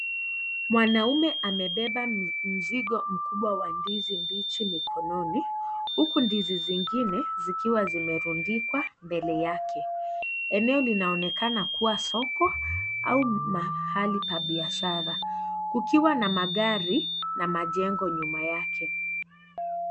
Mwanaume amebeba mzigo mkubwa wa ndizi mbichi mikononi, huku ndizi zingine zikiwa zimerundikwa mbele yake. Eneo linaonekana kuwa soko, au na mahali pa biashara, kukiwa na magari na majengo nyuma yake.